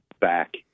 back